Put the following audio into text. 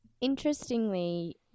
Interestingly